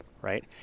right